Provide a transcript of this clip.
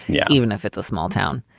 yeah. even if it's a small town.